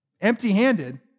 Empty-handed